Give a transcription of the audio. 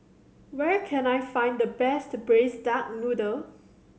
where can I find the best Braised Duck Noodle